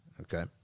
Okay